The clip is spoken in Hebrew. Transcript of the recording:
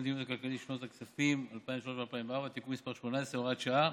והמדיניות הכלכלית לשנות הכספים 2003 ו-2004) (תיקון מס' 18 והוראת שעה),